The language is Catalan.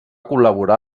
col·laborar